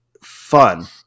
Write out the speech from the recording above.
fun